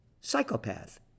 psychopath